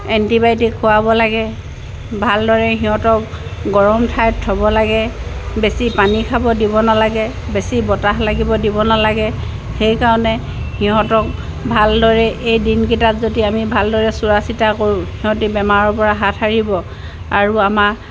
antibiotic খোৱাব লাগে ভালদৰে সিহঁতক গৰম ঠাইত থ'ব লাগে বেছি পানী খাব দিব নালাগে বেছি বতাহ লাগিব দিব নালাগে সেইকাৰণে সিহঁতক ভালদৰে এই দিনকেইটাত যদি আমি ভালদৰে চোৱা চিতা কৰোঁ সিহঁতে বেমাৰৰ পৰা হাত সাৰিব আৰু আমাৰ